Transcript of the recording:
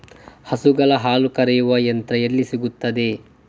ಹಸುಗಳ ಹಾಲು ಕರೆಯುವ ಯಂತ್ರ ಎಲ್ಲಿ ಸಿಗುತ್ತದೆ?